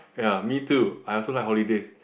ya me too I also like holidays